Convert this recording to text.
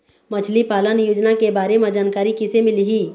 मछली पालन योजना के बारे म जानकारी किसे मिलही?